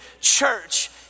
church